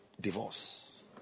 divorce